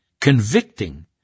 convicting